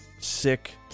sick